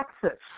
Texas